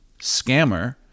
scammer